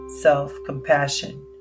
self-compassion